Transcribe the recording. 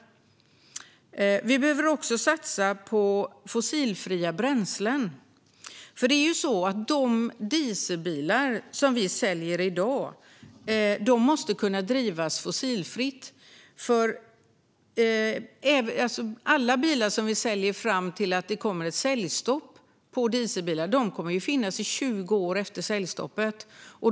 Vi behöver också satsa på fossilfria bränslen. De dieselbilar som säljs i dag måste kunna drivas fossilfritt. Alla dieselbilar som säljs fram till säljstoppet kommer att finnas 20 år framåt.